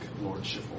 lordship